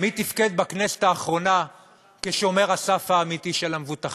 מי תפקד בכנסת האחרונה כשומר הסף האמיתי של המבוטחים.